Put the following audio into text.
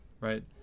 right